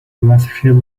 rothschild